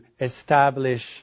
establish